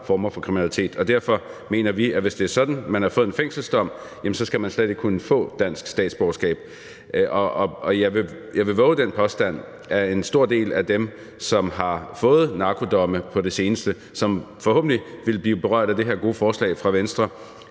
derfor mener vi, at hvis det er sådan, at man har fået en fængselsdom, så skal man slet ikke kunne få dansk statsborgerskab. Jeg vil vove den påstand, at en stor del af dem, som har fået narkodomme på det seneste, og som forhåbentlig vil blive berørt af det her gode forslag fra Venstre,